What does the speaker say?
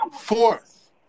fourth